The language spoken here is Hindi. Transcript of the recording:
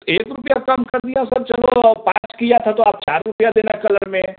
एक रुपये कम कर दिया सर चलो पाँच किया था तो आप सर चार रुपये देना कलर में